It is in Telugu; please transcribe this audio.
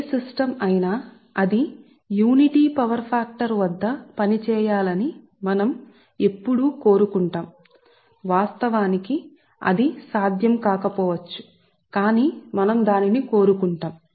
ఏ వ్యవస్థ కైనా అది యూనిటీ పవర్ ఫ్యాక్టర్ వద్ద పనిచేయాలని మేము ఎప్పుడూ కోరుకుంటున్నాము వాస్తవానికి అది సాధ్యం కాకపోవచ్చు కాని మేము దానిని కోరుకుంటున్నాము